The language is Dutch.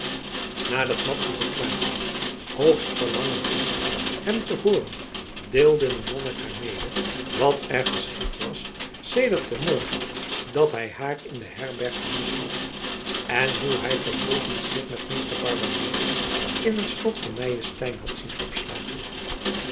nadat madzy verklaard had hoogst verlangend te zijn hem te hooren deelde de monnik haar mede wat er geschied was sedert den morgen dat hij haar in de herberg vermist had en hoe hij vervolgens zich met meester barbanera in het slot van nyenstein had zien opsluiten